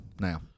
now